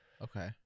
Okay